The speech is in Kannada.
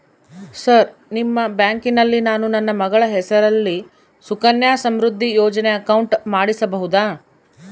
ಸರ್ ನಿಮ್ಮ ಬ್ಯಾಂಕಿನಲ್ಲಿ ನಾನು ನನ್ನ ಮಗಳ ಹೆಸರಲ್ಲಿ ಸುಕನ್ಯಾ ಸಮೃದ್ಧಿ ಯೋಜನೆ ಅಕೌಂಟ್ ಮಾಡಿಸಬಹುದಾ?